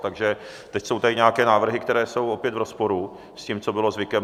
Takže teď jsou tady nějaké návrhy, které jsou opět v rozporu s tím, co bylo zvykem.